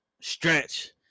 stretch